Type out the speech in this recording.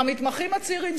על המתמחים הצעירים,